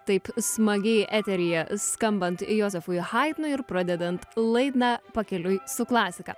taip smagiai eteryje skambant jozefui haidnui ir pradedant laidą pakeliui su klasika